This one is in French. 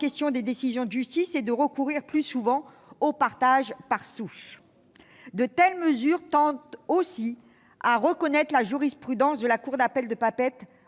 question des décisions de justice et de recourir plus souvent au partage par souche. De telles mesures tendent aussi à reconnaître la jurisprudence de la cour d'appel de Papeete,